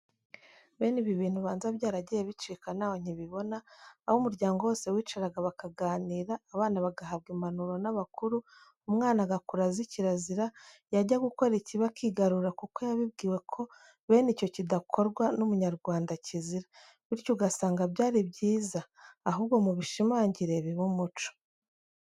Ibi bintu ubanza byaragiye bicika ntaho nkibibona, aho umuryango wose wicaraga bakaganira, abana bagahabwa impanuro n'abakuru, umwana agakura azi kirazira, yajya gukora ikibi akigarura kuko yabibwiwe ko bene icyo kidakorwa n'Umunyarwanda kizira, bityo ugasanga byari byiza. Ahubwo mubishimangire bibe umuco.